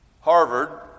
Harvard